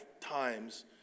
times